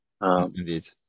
Indeed